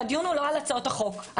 שהדיון הוא לא על הצעות החוק.